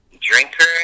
Drinker